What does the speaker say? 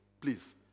Please